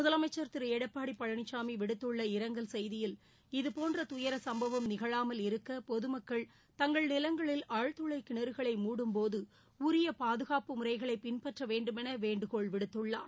முதலமைச்சர் திரு எடப்பாடி பழனிசாமி விடுத்துள்ள இரங்கல் செய்தியில் இதுபோன்ற துபர சும்பவம் நிகழாமல் இருக்க பொதுமக்கள் தங்கள் நிலங்களில் ஆழ்துளை கிணறுகளை மூடும்போது உரிய பாதுகாப்பு முறைகளை பின்பற்ற வேண்டுமென வேண்டுகோள் விடுத்துள்ளார்